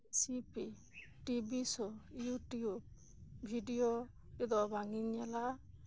ᱥᱤᱯᱤ TV so YouTube video ᱨᱮᱫᱚ ᱵᱟᱝ ᱤᱧ ᱧᱮᱞᱟ